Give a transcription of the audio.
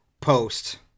post